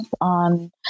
on